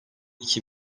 iki